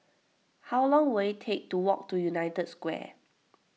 how long will it take to walk to United Square